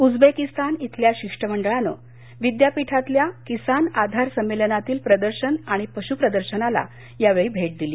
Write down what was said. Uzbekistan इथल्या शिष्टमंडळानं विद्यापीठातील किसान आधार संमेलनातील प्रदर्शन पशुप्रदर्शन कार्यक्रमाला यावेळी भेट दिली